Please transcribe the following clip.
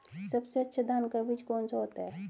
सबसे अच्छा धान का बीज कौन सा होता है?